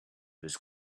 was